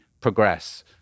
progress